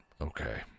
Okay